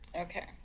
Okay